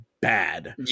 bad